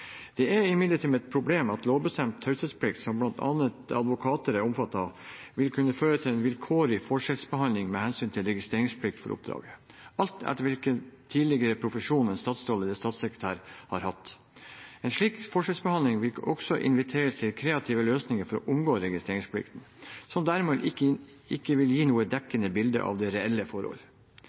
Det er imidlertid et problem at lovbestemt taushetsplikt, som bl.a. advokater er omfattet av, vil kunne føre til en vilkårlig forskjellsbehandling med hensyn til registreringsplikt for oppdraget, alt etter hvilken tidligere profesjon en statsråd eller statssekretær har hatt. En slik forskjellsbehandling vil også invitere til kreative løsninger for å omgå registreringsplikten, som dermed ikke vil gi noe dekkende bilde av de reelle forhold.